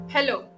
Hello